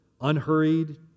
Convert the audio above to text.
unhurried